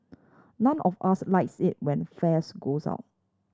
none of us likes it when fares goes up